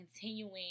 continuing